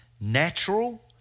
natural